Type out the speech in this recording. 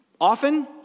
often